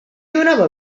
donava